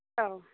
औ